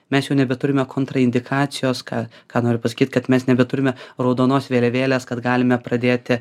mes jau nebeturime kontraindikacijos ką ką noriu pasakyt kad mes nebeturime raudonos vėliavėlės kad galime pradėti